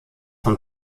von